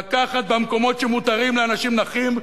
לקחת במקומות שמותרים לאנשים נכים,